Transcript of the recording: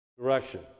direction